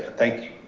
thank you.